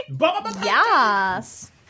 Yes